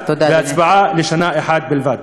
והצבעה לשנה אחת בלבד.